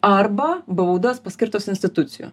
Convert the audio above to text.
arba baudas paskirtos institucijų